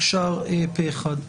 הצבעה אושר המיזוג אושר פה אחד.